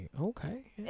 Okay